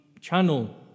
channel